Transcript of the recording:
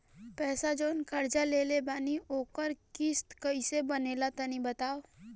पैसा जऊन कर्जा लेले बानी ओकर किश्त कइसे बनेला तनी बताव?